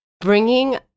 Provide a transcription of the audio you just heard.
bringing